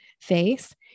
face